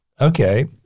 okay